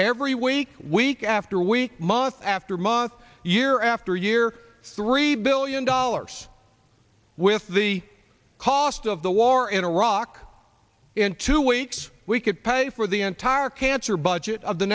every week week after week month after month year after year three billion dollars with the cost of the war in iraq in two weeks we could pay for the entire cancer budget of the